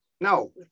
No